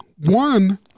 One